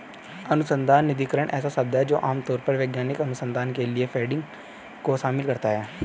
अनुसंधान निधिकरण ऐसा शब्द है जो आम तौर पर वैज्ञानिक अनुसंधान के लिए फंडिंग को शामिल करता है